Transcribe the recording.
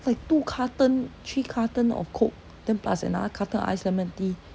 like two carton three carton of coke then plus another carton of ice lemon tea